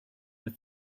with